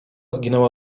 zginęła